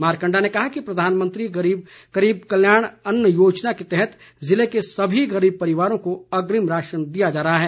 मारकंडा ने कहा कि प्रधानमंत्री गरीब कल्याण अन्न योजना के तहत जिले के सभी गरीब परिवारों को अग्रिम राशन दिया जा रहा है